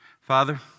Father